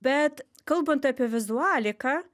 bet kalbant apie vizualiką